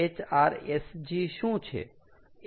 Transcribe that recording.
HRSG શું છે